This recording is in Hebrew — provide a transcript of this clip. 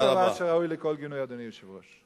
זה דבר שראוי לכל גינוי, אדוני היושב-ראש.